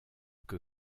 que